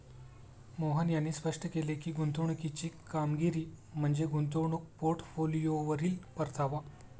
मोहन यांनी स्पष्ट केले की, गुंतवणुकीची कामगिरी म्हणजे गुंतवणूक पोर्टफोलिओवरील परतावा